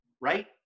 Right